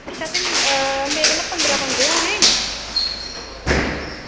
अच्छा ते मेरे कन्नै पंदरां बंदे होने